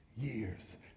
Years